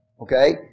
Okay